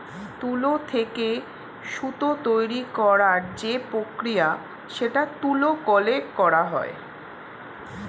তুলো থেকে সুতো তৈরী করার যে প্রক্রিয়া সেটা তুলো কলে করা হয়